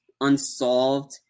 unsolved